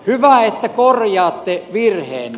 hyvä että korjaatte virheenne